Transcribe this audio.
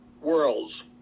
worlds